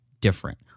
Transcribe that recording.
different